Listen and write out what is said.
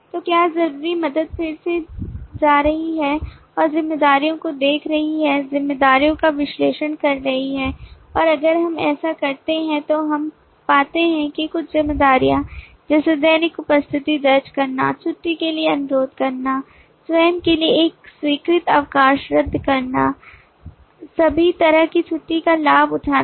तो क्या जरूरी मदद फिर से जा रही है और जिम्मेदारियों को देख रही है जिम्मेदारियों का विश्लेषण कर रही है और अगर हम ऐसा करते हैं तो हम पाते हैं कि कुछ जिम्मेदारियां जैसे दैनिक उपस्थिति दर्ज करना छुट्टी के लिए अनुरोध करना स्वयं के लिए एक स्वीकृत अवकाश रद्द करना सभी तरह की छुट्टी का लाभ उठाना